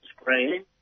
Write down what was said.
screen